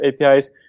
APIs